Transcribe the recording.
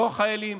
לא החיילים,